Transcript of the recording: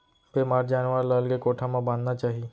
बेमार जानवर ल अलगे कोठा म बांधना चाही